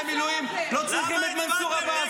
המילואים לא צריכים את מנסור עבאס,